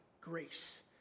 grace